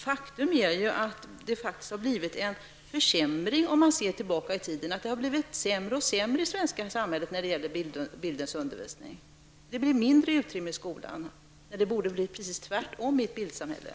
Det har faktiskt blivit en försämring om man ser tillbaka i tiden. Det har blivit sämre och sämre i det svenska samhället när det gäller bildundervisningen. Det blir mindre utrymme för detta i skolan när det i ett bildsamhälle borde bli precis tvärtom.